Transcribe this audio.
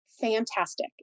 Fantastic